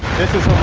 this is